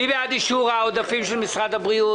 מי בעד אישור העודפים של משרד הבריאות?